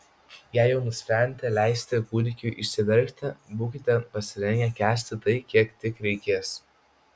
jei jau nusprendėte leisti kūdikiui išsiverkti būkite pasirengę kęsti tai kiek tik reikės